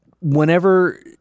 whenever